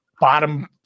bottom